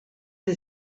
sie